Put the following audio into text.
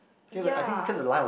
ya